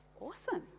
awesome